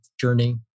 journey